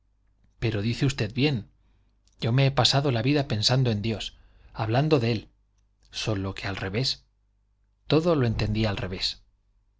pero dice usted bien yo me he pasado la vida pensando en dios hablando de él sólo que al revés todo lo entendía al revés